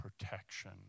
protection